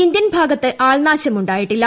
Indian ഭാഗത്ത് ആൾനാശമുണ്ടായിട്ടില്ല